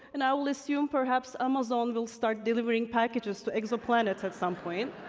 and i will assume perhaps amazon will start delivering packages to exoplanets at some point,